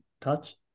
touch